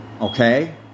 Okay